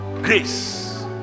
grace